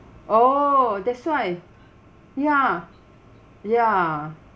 oo that's why ya ya